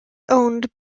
owned